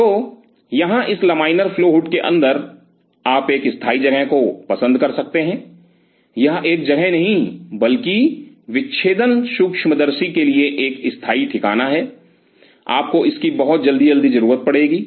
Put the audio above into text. तो यहाँ इस लमाइनर फ्लो हुड के अंदर आप एक स्थायी जगह को पसंद कर सकते हैं यह एक जगह नहीं बल्कि विच्छेदन सूक्ष्मदर्शी के लिए एक स्थायी ठिकाना है आपको इसकी बहुत जल्दी जल्दी जरूरत पड़ेगी